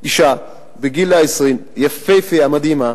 אשה בגיל ה-20, יפהפייה מדהימה,